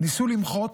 ניסו למחות.